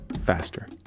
faster